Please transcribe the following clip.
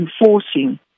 enforcing